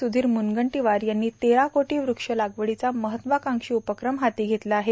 सुधीर मुनगंटीवार यांनी तेरा कोटी वृक्ष लागवडीचा महत्त्वाकांक्षी उपक्रम हाती घेतला आहे